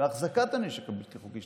והחזקת הנשק הבלתי-חוקי.